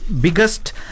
biggest